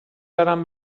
دارم